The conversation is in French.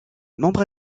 membres